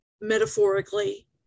metaphorically